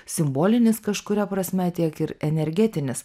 simbolinis kažkuria prasme tiek ir energetinis